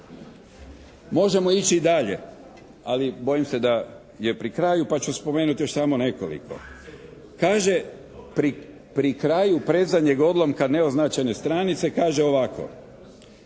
Možemo ići dalje, ali bojim se da je pri kraju, pa ću spomenuti još samo nekoliko. Kaže pri kraju predzadnjeg odlomka neoznačene stranice, kaže ovako,